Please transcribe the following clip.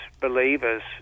believers